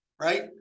right